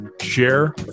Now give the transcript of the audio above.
share